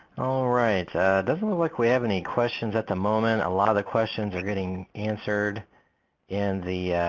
all right doesn't look like we have any questions at the moment, a lot the questions are getting answered in the